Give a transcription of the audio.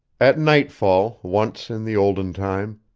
at nightfall, once in the olden time,